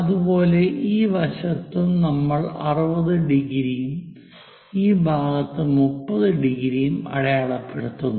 അതുപോലെ ഈ വശത്തും നമ്മൾ 60 ഡിഗ്രിയും ഈ ഭാഗത്ത് 30 ഡിഗ്രിയും അടയാളപ്പെടുത്തുന്നു